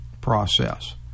process